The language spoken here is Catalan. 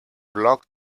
bloc